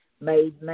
made